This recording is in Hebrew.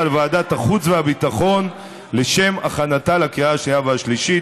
לוועדת החוץ והביטחון לשם הכנתה לקריאה השנייה והשלישית.